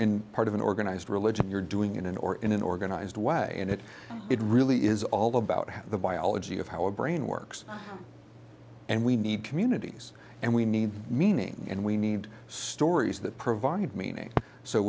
in part of an organized religion you're doing it in or in an organized way and it it really is all about the biology of how our brain works and we need communities and we need meaning and we need stories that provide meaning so